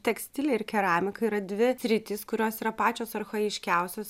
tekstilė ir keramika yra dvi sritys kurios yra pačios archajiškiausios